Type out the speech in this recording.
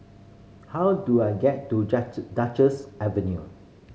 how do I get to Duchess Avenue